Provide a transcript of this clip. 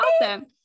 awesome